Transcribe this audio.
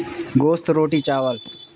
گوشت روٹی چاول